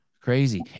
Crazy